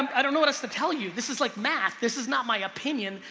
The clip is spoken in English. i don't know what else to tell you. this is like math, this is not my opinion.